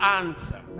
answer